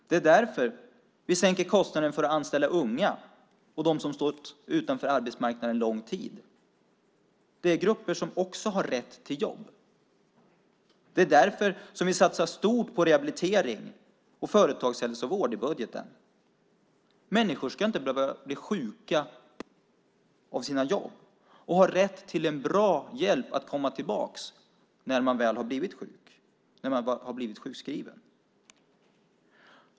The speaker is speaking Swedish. Det är därför vi sänker kostnaden för att anställa unga och dem som stått utanför arbetsmarknaden lång tid. Det är grupper som också har rätt till jobb. Det är därför som vi satsar stort på rehabilitering och företagshälsovård i budgeten. Människor ska inte behöva bli sjuka av sina jobb. Man ska ha rätt till en bra hjälp för att komma tillbaka när man väl har blivit sjukskriven.